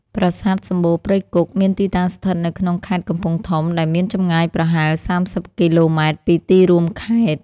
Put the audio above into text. ប្រាសាទសំបូរព្រៃគុក មានទីតាំងស្ថិតនៅក្នុងខេត្តកំពង់ធំ ដែលមានចម្ងាយប្រហែល ៣០ គីឡូម៉ែត្រពីទីរួមខេត្ត។